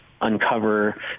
uncover